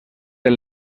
del